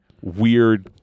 Weird